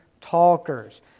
talkers